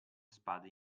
spade